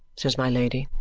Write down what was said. says my lady.